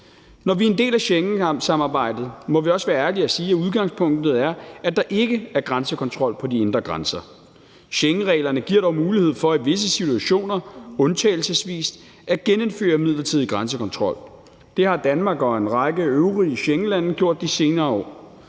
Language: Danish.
Når vi er en del af Schengensamarbejdet, må vi også være ærlige at sige, at udgangspunktet er, at der ikke er grænsekontrol på de indre grænser. Schengenreglerne giver dog mulighed for i visse situationer undtagelsesvis at genindføre midlertidig grænsekontrol. Det har Danmark og en række øvrige Schengenlande gjort de senere år,